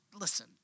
listen